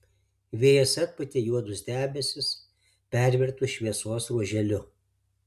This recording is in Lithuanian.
vėjas atpūtė juodus debesis pervertus šviesos ruoželiu